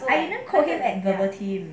I isn't coding like purposely